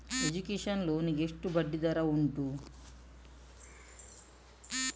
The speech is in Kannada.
ಎಜುಕೇಶನ್ ಲೋನ್ ಗೆ ಎಷ್ಟು ಬಡ್ಡಿ ದರ ಉಂಟು?